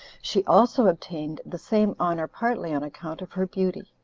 she also obtained the same honor partly on account of her beauty.